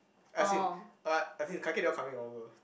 as in uh as in Kai-Kiet they all coming over